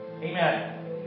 Amen